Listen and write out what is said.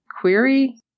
query